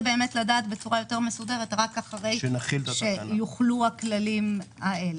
לדעת בצורה יותר מסודרת רק אחרי שיוחלטו הכללים הללו.